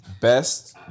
best